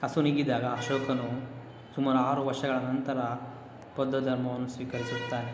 ಅಸುನೀಗಿದಾಗ ಅಶೋಕನು ಸುಮಾರು ಆರು ವರ್ಷಗಳ ನಂತರ ಬೌದ್ಧ ಧರ್ಮವನ್ನು ಸ್ವೀಕರಿಸುತ್ತಾನೆ